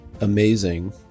amazing